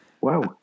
Wow